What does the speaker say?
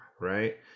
right